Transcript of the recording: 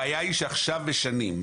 הבעיה היא שעכשיו משנים.